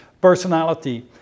personality